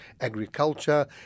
agriculture